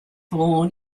born